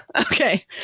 Okay